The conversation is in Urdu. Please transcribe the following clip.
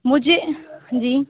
مجھے جی